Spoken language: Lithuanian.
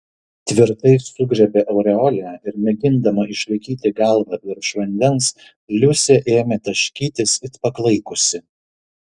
tvirtai sugriebė aureolę ir mėgindama išlaikyti galvą virš vandens liusė ėmė taškytis it paklaikusi